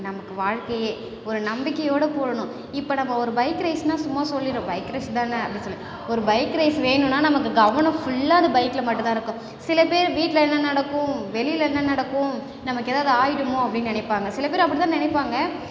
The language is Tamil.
நமக்கு வாழ்க்கையே ஒரு நம்பிக்கையோடு போடணும் இப்போ நம்ம ஒரு பைக் ரேஸ்னா சும்மா சொல்லிடுறோம் பைக் ரேஸ் தானே அப்படின்னு சொல்லி ஒரு பைக் ரேஸ் வேணும்னா நமக்கு கவனம் ஃபுல்லாக அது பைக்கில் மட்டும்தான் இருக்கும் சில பேர் வீட்டில் என்ன நடக்கும் வெளியில் என்ன நடக்கும் நமக்கு ஏதாவது ஆகிடுமோ அப்படின்னு நினைப்பாங்க சில பேர் அப்படிதான் நினைப்பாங்க